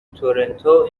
تورنتو